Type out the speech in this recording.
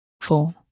four